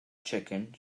chicken